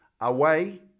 away